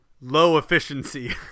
low-efficiency